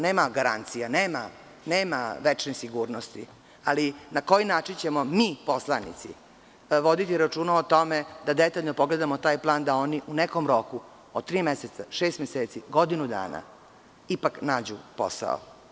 Nema garancija, nema večne sigurnosti, ali na koji način ćemo mi poslanici voditi računa o tome da detaljno pogledamo taj plan i da oni u nekom roku od tri, šest meseci ili godinu dana ipak nađu posao.